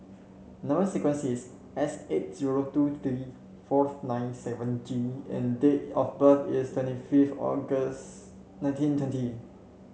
number sequence is S eight zero two three four nine seven G and date of birth is twenty fifth August nineteen twenty